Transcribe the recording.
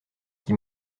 qui